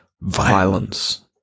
Violence